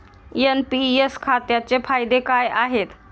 NPS खात्याचे फायदे काय आहेत?